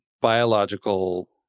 biological